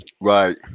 Right